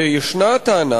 וישנה טענה,